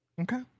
Okay